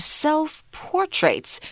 self-portraits